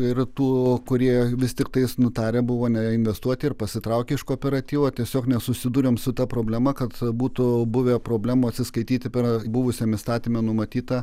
ir tų kurie vis tiktais nutarę buvo ne investuoti ir pasitraukė iš kooperatyvo tiesiog nesusidurėm su ta problema kad būtų buvę problemų atsiskaityti per buvusiam įstatyme numatyta